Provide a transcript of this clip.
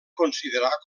considerar